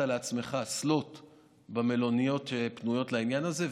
לעצמך slot במלוניות שפנויות לעניין הזה,